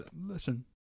Listen